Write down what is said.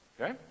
Okay